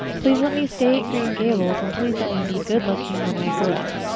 please let me stay at green gables and please let me be good-looking when i grow up.